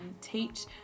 teach